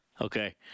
okay